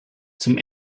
zum